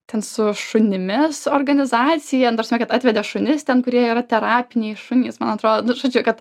ten su šunimis organizacija nu ta prasme atvedė šunis ten kur jie yra terapiniai šunys man atrodo nu žodžiu kad